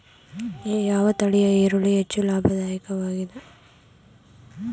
ಯಾವ ತಳಿಯ ಈರುಳ್ಳಿ ಹೆಚ್ಚು ಲಾಭದಾಯಕವಾಗಿದೆ?